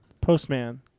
postman